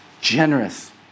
generous